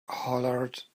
hollered